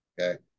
okay